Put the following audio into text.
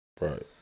Right